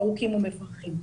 ארוכים ומפרכים.